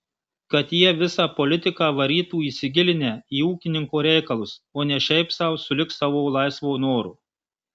kad jie visą politiką varytų įsigilinę į ūkininko reikalus o ne šiaip sau sulig savo laisvo noro